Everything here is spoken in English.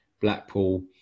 Blackpool